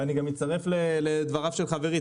ואני גם מצטרף לדבריו של חברי.